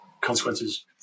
consequences